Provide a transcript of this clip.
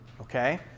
okay